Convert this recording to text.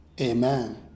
amen